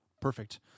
Perfect